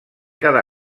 cada